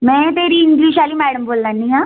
में तेरी इंग्लिश आह्ली मैडम बोल्ला निं आं